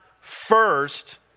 first